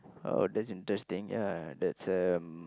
oh that's interesting ya that's um